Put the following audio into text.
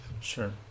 sure